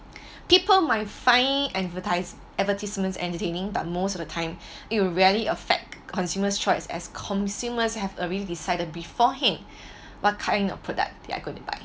people might find advertise advertisements entertaining but most of the time it will rarely affect consumers' choice as consumers have already decided beforehand what kind of productive they are going to buy